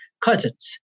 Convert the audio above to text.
cousins